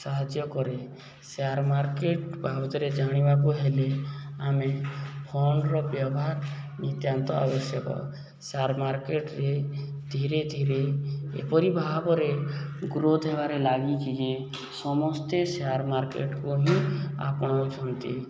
ସାହାଯ୍ୟ କରେ share market ବାବଦରେ ଜାଣିବାକୁ ହେଲେ ଆମେ ଫୋନ୍ର ବ୍ୟବହାର ନିତ୍ୟାନ୍ତ ଆବଶ୍ୟକ ସେୟାର ମାର୍କେଟରେ ଧୀରେ ଧୀରେ ଏପରି ଭାବରେ ଗ୍ରୋଥ୍ ହେବାରେ ଲାଗିଛି ଯେ ସମସ୍ତେ ସେୟାର ମାର୍କେଟକୁ ହିଁ ଆପଣାଉଛନ୍ତି